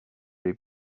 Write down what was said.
les